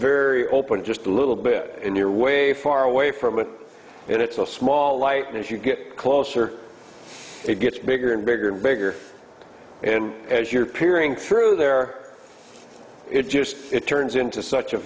very open just a little bit in your way far away from it and it's a small light and as you get closer it gets bigger and bigger and bigger and as your peer in through there it just it turns into such a